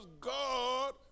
God